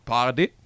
Party